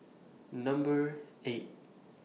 Number eight